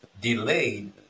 Delayed